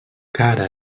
cara